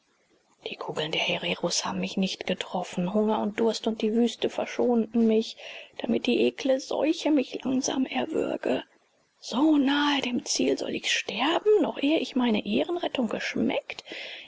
die kugeln der hereros haben mich nicht getroffen hunger und durst und die wüste verschonten mich damit die ekle seuche mich langsam erwürge so nahe dem ziel soll ich sterben noch ehe ich meine ehrenrettung geschmeckt